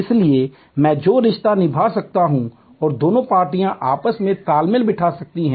इसलिए मैं जो रिश्ता निभा सकता हूं और दोनों पार्टियां आपस में तालमेल बिठा सकती हैं